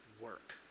work